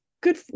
good